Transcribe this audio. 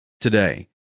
today